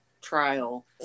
trial